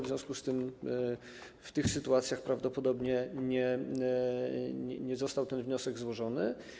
W związku z tym w tych sytuacjach prawdopodobnie nie został ten wniosek złożony.